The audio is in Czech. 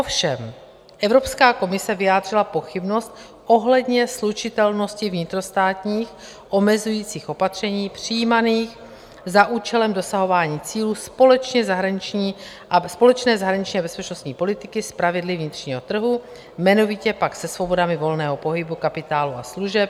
Ovšem Evropská komise vyjádřila pochybnost ohledně slučitelnosti vnitrostátních omezujících opatření přijímaných za účelem dosahování cílů společné zahraniční a bezpečnostní politiky s pravidly vnitřního trhu, jmenovitě pak se svobodami volného pohybu kapitálu a služeb.